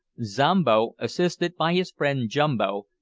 zombo, assisted by his friend jumbo,